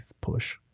push